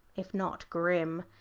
if not grim.